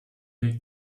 weg